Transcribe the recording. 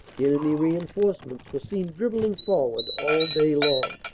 enemy rein forcements were seen dribbling forward all day long.